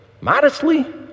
Modestly